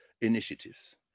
initiatives